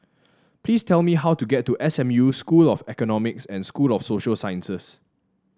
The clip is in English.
please tell me how to get to S M U School of Economics and School of Social Sciences